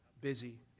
busy